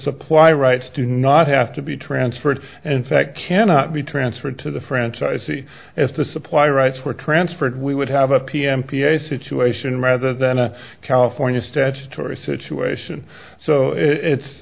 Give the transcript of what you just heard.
supply rights do not have to be transferred and fact cannot be transferred to the franchisee as the supplier rights were transferred we would have a pm p a situation rather than a california statutory situation so it's